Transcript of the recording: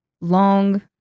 long